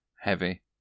heavy